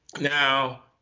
now